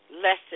lesson